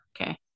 okay